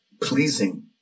pleasing